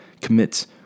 commits